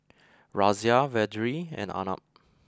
Razia Vedre and Arnab